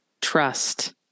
trust